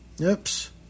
Oops